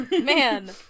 Man